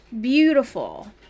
beautiful